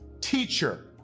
teacher